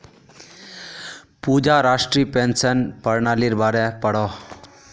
पूजा राष्ट्रीय पेंशन पर्नालिर बारे पढ़ोह